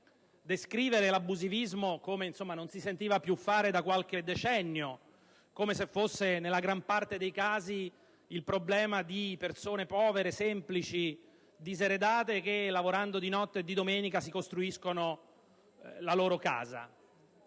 descrivere l'abusivismo come non si sentiva più fare da qualche decennio: come se fosse, nella gran parte dei casi, il problema di persone povere, semplici e diseredate che, lavorando di notte e di domenica, si costruiscono la propria casa.